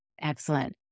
Excellent